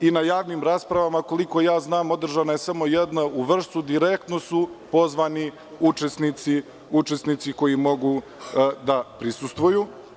Na javnim raspravama, koliko znam, održana je samo jedna u Vršcu, direktno su pozvani učesnici koji mogu da prisustvuju.